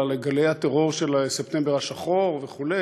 לגלי הטרור של "ספטמבר השחור" וכו',